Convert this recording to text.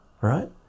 right